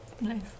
Nice